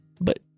but